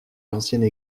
l’ancienne